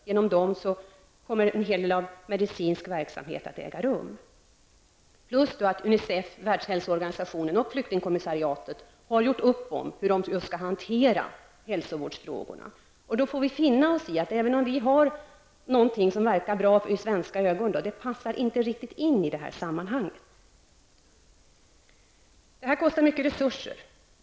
Genom den organisationen kommer det att bedrivas en hel del medicinsk verksamhet, plus att UNICEF, Världshälsoorganisationen och flyktingkommissariatet har gjort upp om hur de skall hantera hälsovårdsfrågorna. Då får vi finna oss i, även om vi har någonting som verkar bra sett med svenska ögon, att det inte riktigt passar in i sammanhanget. Det här kostar mycket resurser.